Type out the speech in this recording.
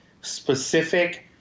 specific